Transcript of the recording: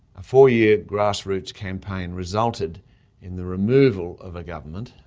a four-year grassroots campaign resulted in the removal of a government,